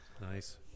nice